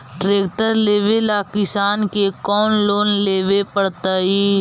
Tractor लेवेला किसान के कौन लोन लेवे पड़तई?